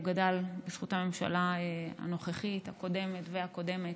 הוא גדל בזכות הממשלה הנוכחית, הקודמת והקודמת,